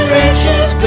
riches